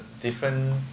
different